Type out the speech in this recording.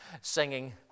singing